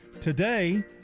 Today